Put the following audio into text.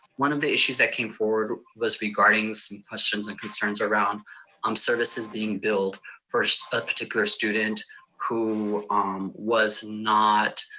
one of the issues that came forward was regarding some questions and concerns around um services being billed for a particular student who was not,